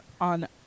on